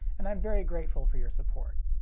and i'm very grateful for your support.